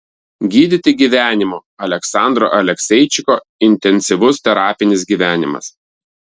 gydyti gyvenimu aleksandro alekseičiko intensyvus terapinis gyvenimas